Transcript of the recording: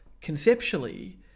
conceptually